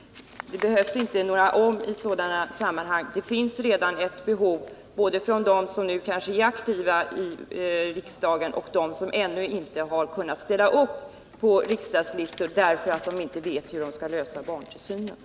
Det behövs inte några ”om” i sådana sammanhang. Det finns redan ett behov, både för dem som nu är aktiva i riksdagen och för dem som ännu inte har kunnat ställa upp på riksdagslistorna därför att de inte vet hur de skall ordna barntillsynen.